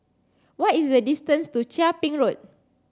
what is the distance to Chia Ping Road